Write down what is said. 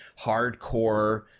hardcore